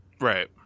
right